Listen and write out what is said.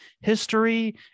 history